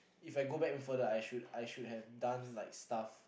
If I go back even further I should I should have done like stuff